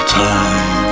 time